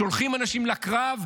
שולחים אנשים לקרב,